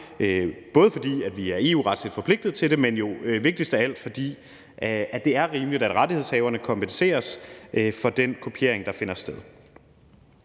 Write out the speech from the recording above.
både fordi vi er EU-retsligt forpligtet til det, men jo vigtigst af alt, fordi det er rimeligt, at rettighedshaverne kompenseres for den kopiering, der finder sted.